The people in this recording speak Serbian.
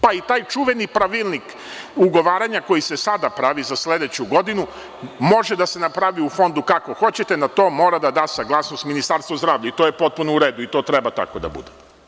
Pa i taj čuveni pravilnik ugovaranja koji se sada pravi za sledeću godinu može da se napravi u Fondu kako hoćete, na to mora da da saglasnost Ministarstvo zdravlja i to je potpuno u redu i to treba tako da bude.